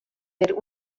der